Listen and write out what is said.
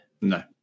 No